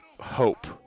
hope